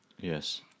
Yes